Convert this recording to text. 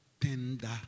tender